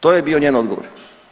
To je bio njen odgovor.